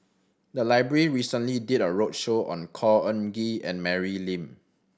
the library recently did a roadshow on Khor Ean Ghee and Mary Lim